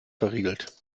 verriegelt